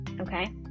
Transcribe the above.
okay